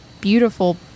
beautiful